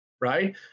Right